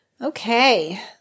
okay